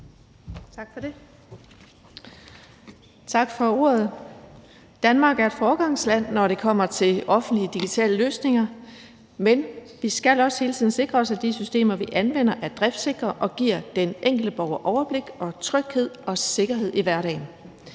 Tak for det, tak for ordet. Danmark er et foregangsland, når det kommer til offentlige digitale løsninger, men vi skal også hele tiden sikre os, at de systemer, vi anvender, er driftssikre og giver den enkelte borger overblik og tryghed og sikkerhed i hverdagen.